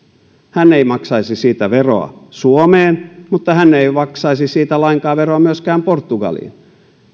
hän ei maksaisi siitä veroa suomeen mutta hän ei maksaisi siitä lainkaan veroa myöskään portugaliin